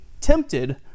tempted